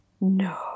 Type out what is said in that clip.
No